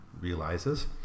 realizes